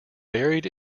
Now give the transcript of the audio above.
buried